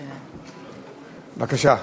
בבקשה.